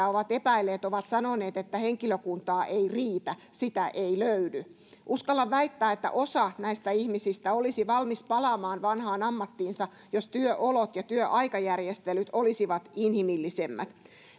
ovat epäilleet ovat sanoneet että henkilökuntaa ei riitä eikä sitä löydy uskallan väittää että osa näistä ihmisistä olisi valmis palaamaan vanhaan ammattiinsa jos työolot ja työaikajärjestelyt olisivat inhimillisemmät